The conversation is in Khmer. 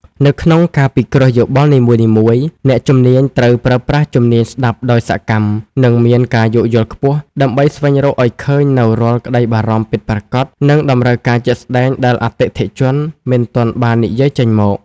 នៅក្នុងការពិគ្រោះយោបល់នីមួយៗ អ្នកជំនាញត្រូវប្រើប្រាស់ជំនាញស្ដាប់ដោយសកម្ម និងមានការយោគយល់ខ្ពស់ ដើម្បីស្វែងរកឱ្យឃើញនូវរាល់ក្ដីបារម្ភពិតប្រាកដ និងតម្រូវការជាក់ស្ដែងដែលអតិថិជនមិនទាន់បាននិយាយចេញមក។